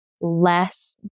less